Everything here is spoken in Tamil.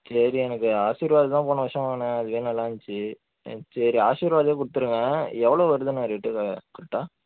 சரி எனக்கு ஆஷிர்வாத் தான் போன வருஷம் வாங்குனேன் அதுவே நல்லாந்ச்சி ஆ சரி ஆஷிர்வாதே கொடுத்துருங்க எவ்வளோ வருது அண்ணா ரேட்டு க கரெக்டாக